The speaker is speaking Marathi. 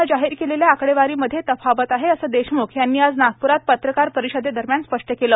नं जाहीर केलेल्या आकडेवारीमध्ये तफावत आहे असे देशम्ख यांनी आज नागप्रात पत्रकार परिषदेदरम्यान स्पष्ट केलं